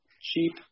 cheap